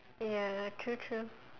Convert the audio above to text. ya true true